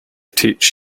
teach